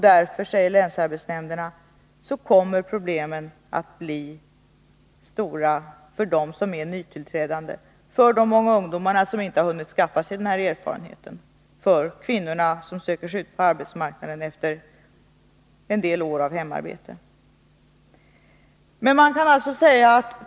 Därför, säger länsarbetsnämnderna, kommer problemen att bli stora bl.a. för de många ungdomar som inte har hunnit skaffa sig erfarenhet och för de kvinnor som efter en del års hemmaarbete söker sig ut på arbetsmarknaden.